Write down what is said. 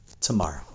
tomorrow